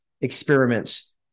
experiments